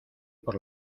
por